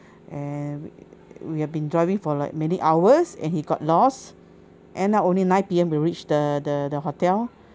and we have been driving for like many hours and he got lost end up only nine P_M we reach the the the hotel